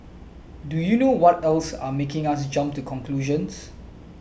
do you know what else are making us jump to conclusions